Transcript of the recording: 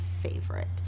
favorite